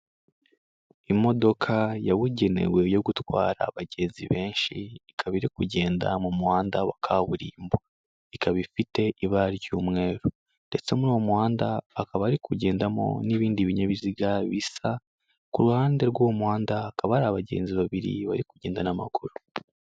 Imodoka yabugenewe yo gutwara abagenzi benshi, ikaba iri kugenda mu muhanda wa kaburimbo, ikaba ifite ibara ry'umweru ndetse muri uwo muhanda hakaba hari kugendamo n'ibindi binyabiziga bisa, ku ruhande rw'uwo muhanda hakaba hari abagenzi babiri bari kugenda n'amaguru.